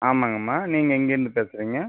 ஆமாங்கம்மா நீங்கள் எங்கேருந்து பேசுகிறீங்க